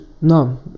no